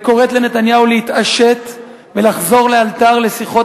וקוראת לנתניהו להתעשת ולחזור לאלתר לשיחות